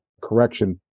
correction